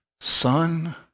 Son